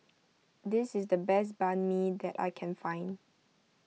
this is the best Banh Mi that I can find